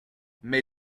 mais